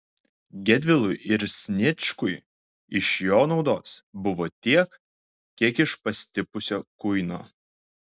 gedvilui ir sniečkui iš jo naudos buvo tiek kiek iš pastipusio kuino